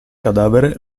cadavere